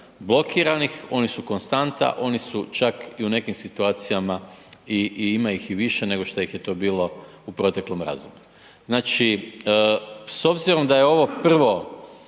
blokiranih, oni su konstanta, oni su čak i u nekim situacijama i ima ih i više nego što ih je to bilo u proteklom razdoblju. Znači, s obzirom da je ovo prvo